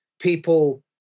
people